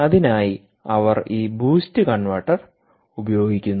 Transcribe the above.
അതിനായി അവർ ഈ ബൂസ്റ്റ് കൺവെർട്ടർ ഉപയോഗിക്കുന്നു